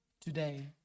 today